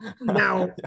now